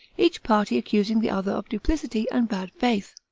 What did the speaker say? each party accusing the other of duplicity and bad faith.